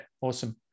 Awesome